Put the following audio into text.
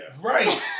Right